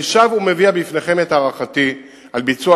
אני שב ומביע בפניכם את הערכתי על ביצוע